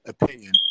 opinion